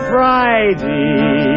Friday